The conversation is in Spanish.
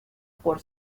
por